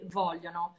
vogliono